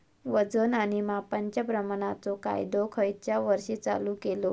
वजन आणि मापांच्या प्रमाणाचो कायदो खयच्या वर्षी चालू केलो?